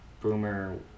boomer